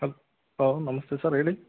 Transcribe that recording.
hello ನಮಸ್ತೆ sir ಹೇಳಿ